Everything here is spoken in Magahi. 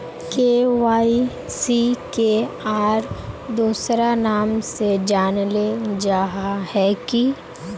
के.वाई.सी के आर दोसरा नाम से जानले जाहा है की?